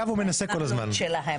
הוא מנסה כל הזמן.